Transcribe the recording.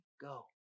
go